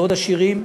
מאוד עשירים,